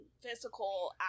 Physical